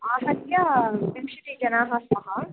आहत्य विंशतिजनाः स्मः